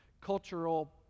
cultural